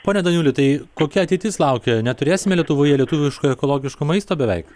pone daniuli tai kokia ateitis laukia neturėsime lietuvoje lietuviško ekologiško maisto beveik